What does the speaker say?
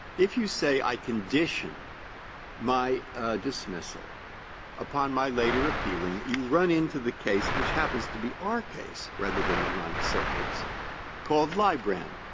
if you say i condition my dismissal upon my later appealing, you run into the case, which happens to be our case rather than the ninth circuit's called lybrand,